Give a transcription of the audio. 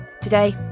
Today